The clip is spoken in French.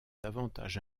davantage